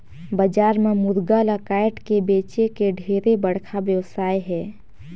बजार म मुरगा ल कायट के बेंचे के ढेरे बड़खा बेवसाय हे